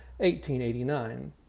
1889